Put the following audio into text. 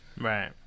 Right